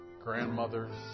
grandmothers